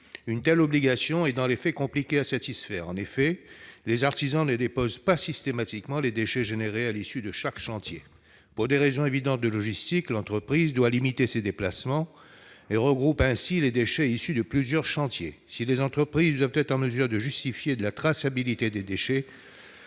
Une telle obligation est, dans les faits, compliquée à satisfaire. En effet, les artisans ne déposent pas systématiquement les déchets produits à l'issue de chaque chantier. Pour des raisons évidentes de logistique, l'entreprise doit limiter ses déplacements et elle regroupe les déchets issus de plusieurs chantiers. Si les entreprises doivent être en mesure de justifier de la traçabilité des déchets,